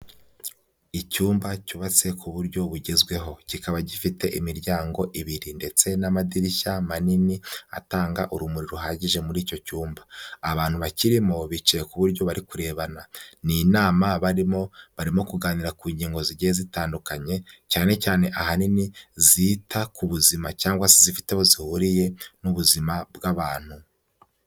Icyumba cyubatse ku buryo bugezweho, kikaba gifite imiryango ibiri ndetse n'amadirishya manini atanga urumuri ruhagije muri icyo cyumba, abantu bakirimo bicaye ku buryo bari kurebana, ni inama barimo barimo barimo kuganira ku ngingo zigiye zitandukanye cyane cyane ahanini zita ku buzima cyangwa se zifite aho zihuriye n'ubuzima bw'abantu.